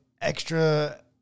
extra